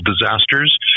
disasters